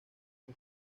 con